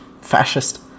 Fascist